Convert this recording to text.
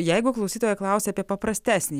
jeigu klausytoja klausia apie paprastesnį